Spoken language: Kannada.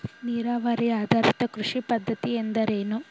ನೀರಾವರಿ ಆಧಾರಿತ ಕೃಷಿ ಪದ್ಧತಿ ಎಂದರೇನು?